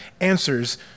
answers